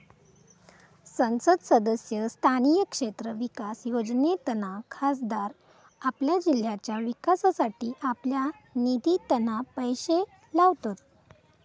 संसद सदस्य स्थानीय क्षेत्र विकास योजनेतना खासदार आपल्या जिल्ह्याच्या विकासासाठी आपल्या निधितना पैशे लावतत